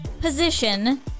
position